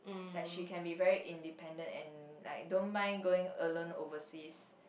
like she can be very independent and like don't mind going alone overseas